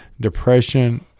depression